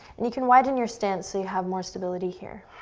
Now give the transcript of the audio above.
and you can widen your stance so you have more stability here.